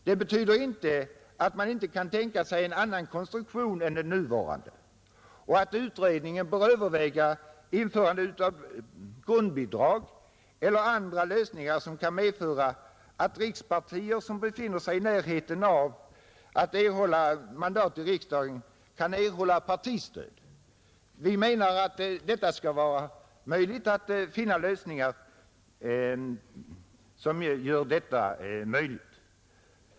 Detta innebär inte att man inte kan tänka sig en annan konstruktion än den nuvarande. Utredningen bör kunna överväga införande av grundbidrag eller andra lösningar, som kan medföra att rikspartier som ligger i närheten av att erhålla mandat i riksdagen kan få partistöd. Vi menar att det bör kunna gå att finna lösningar som gör detta möjligt.